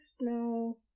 No